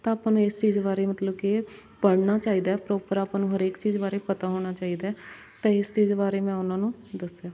ਤਾਂ ਆਪਾਂ ਨੂੰ ਇਸ ਚੀਜ਼ ਬਾਰੇ ਮਤਲਬ ਕਿ ਪੜ੍ਹਨਾ ਚਾਹੀਦਾ ਹੈ ਪਰੋਪਰ ਆਪਾਂ ਨੂੰ ਹਰੇਕ ਚੀਜ਼ ਬਾਰੇ ਪਤਾ ਹੋਣਾ ਚਾਹੀਦਾ ਹੈ ਅਤੇ ਇਸ ਚੀਜ਼ ਬਾਰੇ ਮੈਂ ਉਹਨਾਂ ਨੂੰ ਦੱਸਿਆ